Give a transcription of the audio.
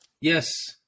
Yes